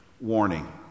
warning